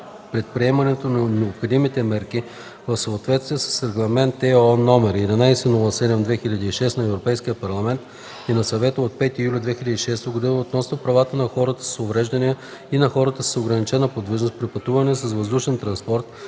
предприемането на необходимите мерки в съответствие с Регламент (ЕО) № 1107/2006 на Европейския парламент и на Съвета от 5 юли 2006 г. относно правата на хората с увреждания и на хората с ограничена подвижност при пътувания с въздушен транспорт,